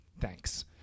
Thanks